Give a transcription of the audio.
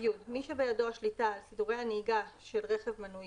(י) מי שבידו השליטה על סידורי הנסיעה של רכב מנועי